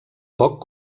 poc